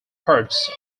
parts